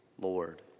Lord